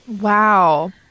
wow